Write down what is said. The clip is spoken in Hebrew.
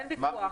אין ויכוח.